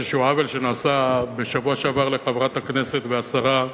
עוול שנעשה בשבוע שעבר לחברת הכנסת והשרה,